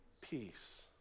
peace